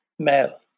Male